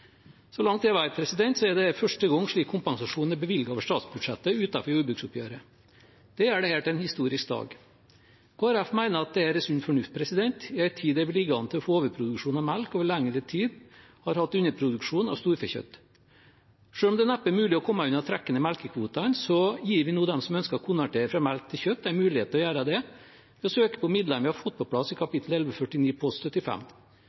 Så langt jeg vet, er det første gangen slik kompensasjon er bevilget over statsbudsjettet utenfor jordbruksoppgjøret. Det gjør dette til en historisk dag. Kristelig Folkeparti mener at dette er sunn fornuft i ein tid da det ligger an til at vi får overproduksjon av melk og over lengre tid har hatt underproduksjon av storfekjøtt. Selv om det neppe er mulig å komme unna trekket i melkekvotene, gir vi nå dem som ønsker å konvertere fra melk til kjøtt, en mulighet for å gjøre det ved å søke på midlene vi har fått på plass i kapittel 1149 post 75